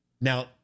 Now